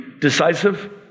decisive